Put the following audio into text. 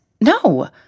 No